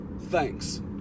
thanks